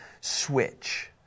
switch